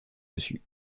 dessus